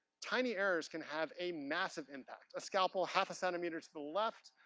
tiny errors can have a massive impact. a scalpel half a centimeter to the left.